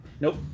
Nope